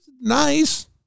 Nice